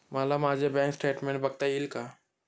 मला माझे bank statement बघता येईल का?